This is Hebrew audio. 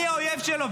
אני האויב שלו,